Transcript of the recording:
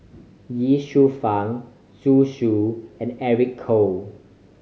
Ye Shufang Zhu Xu and Eric Khoo